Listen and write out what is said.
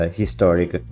historic